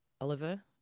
Oliver